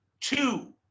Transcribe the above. two